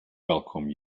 welcome